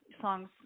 songs